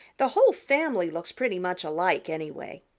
the whole family looks pretty much alike anyway.